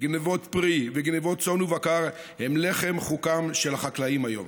גנבות פרי וגנבות צאן ובקר הן לחם חוקם של החקלאים היום.